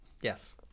yes